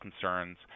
concerns